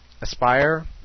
Aspire